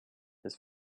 his